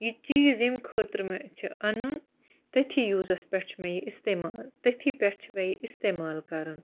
یہِ چیٖز ییٚمہِ خٲطرٕ مےٚ چھُ اَنُن تٔتھی یوٗزَس پٮ۪ٹھ چھُ مےٚ یہِ اِستعمال تٔتھی پٮ۪ٹھ چھُ مےٚ یہِ استعمال کَرُن